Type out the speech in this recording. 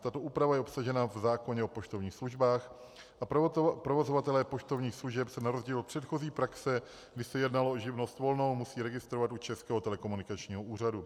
Tato úprava je obsažena v zákoně o poštovních službách a provozovatelé poštovních služeb se na rozdíl od předchozí praxe, kdy se jednalo o živnost volnou, musí registrovat u Českého telekomunikačního úřadu.